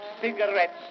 cigarettes